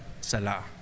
Salah